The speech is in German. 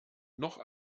noch